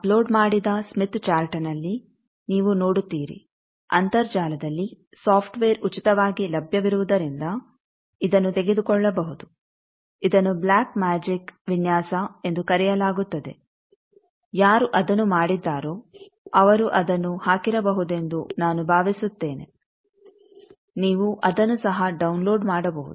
upload ಮಾಡಿದ Smith ಚಾರ್ಟ್ನಲ್ಲಿ ನೀವು ನೋಡುತ್ತೀರಿ ಅಂತರ್ಜಾಲದಲ್ಲಿ ಸಾಫ್ಟ್ ವೇರ್ ಉಚಿತವಾಗಿ ಲಭ್ಯವಿರುವುದರಿಂದ ಇದನ್ನು ತೆಗೆದುಕೊಳ್ಳಬಹುದು ಇದನ್ನು ಬ್ಲಾಕ್ ಮ್ಯಾಜಿಕ್ ವಿನ್ಯಾಸ ಎಂದು ಕರೆಯಲಾಗುತ್ತದೆ ಯಾರು ಅದನ್ನು ಮಾಡಿದ್ದರೋ ಅವರು ಅದನ್ನು ಹಾಕಿರಬಹುದೆಂದು ನಾನು ಭಾವಿಸುತ್ತೇನೆ ನೀವು ಅದನ್ನು ಸಹ ಡೌನ್ಲೋಡ್ ಮಾಡಬಹುದು